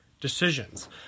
decisions